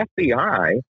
FBI